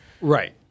Right